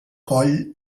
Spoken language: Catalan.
coll